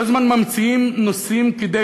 כל הזמן ממציאים נושאים כדי